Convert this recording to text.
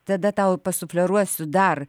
tada tau pasufleruosiu dar